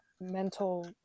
mental